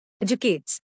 educates